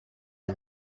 jak